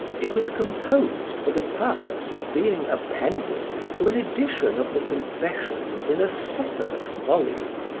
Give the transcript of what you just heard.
it was composed for the purpose of being appended to an edition of the confessions in a separate volume,